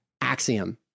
Axiom